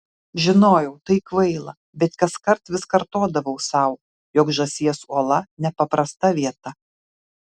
žinojau tai kvaila bet kaskart vis kartodavau sau jog žąsies uola nepaprasta vieta